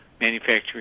manufacturing